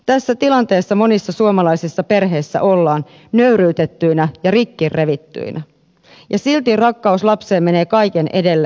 tässä tilanteessa monissa suomalaisissa perheissä ollaan nöyryytettyinä ja rikkirevittyinä ja silti rakkaus lapseen menee kaiken edelle